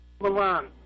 Milan